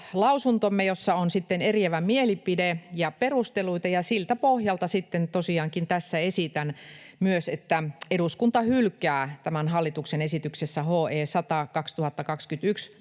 lausuntomme, jossa on eriävä mielipide ja perusteluita, ja siltä pohjalta sitten tosiaankin tässä esitän myös, että eduskunta hylkää tämän hallituksen esityksessä HE 100/2021